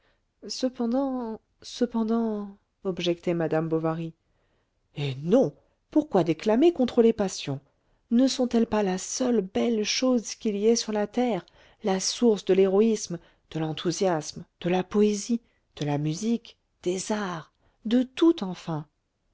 cependant cependant objectait madame bovary eh non pourquoi déclamer contre les passions ne sont-elles pas la seule belle chose qu'il y ait sur la terre la source de l'héroïsme de l'enthousiasme de la poésie de la musique des arts de tout enfin